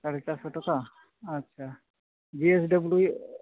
ᱥᱟᱲᱮ ᱪᱟᱨᱥᱚ ᱴᱟᱠᱟ ᱟᱪᱷᱟ ᱡᱤ ᱮᱥ ᱰᱟᱵᱞᱤᱣ